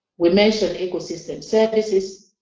we mention ecosystem services.